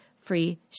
free